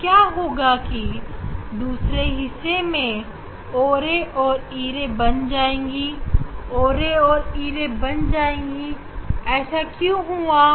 अब क्या होगा कि दूसरे हिस्से में o ray e ray बन जाएगी और e ray o ray बन जाएगी ऐसा क्यों हुआ